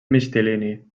mixtilini